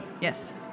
Yes